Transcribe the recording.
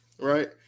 Right